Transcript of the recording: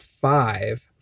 five